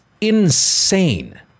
insane